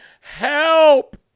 help